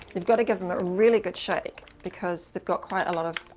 you've got to give them a really good shake because they've got quiet a lot of